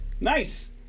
Nice